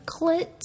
clit